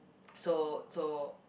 so so